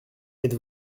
êtes